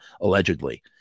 allegedly